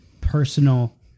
personal